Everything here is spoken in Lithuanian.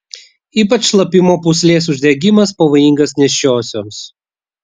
ypač šlapimo pūslės uždegimas pavojingas nėščiosioms